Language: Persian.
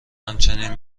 همچنین